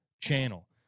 channel